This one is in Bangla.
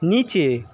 নিচে